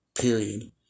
Period